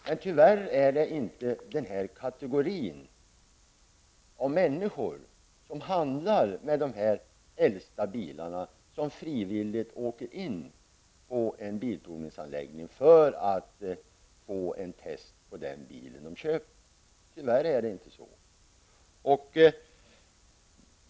Men tyvärr är det inte den här kategorin av människor, som handlar med de äldsta bilarna, som frivilligt åker till en bilprovningsanläggning för att få ett test på den bil de köper.